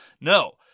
No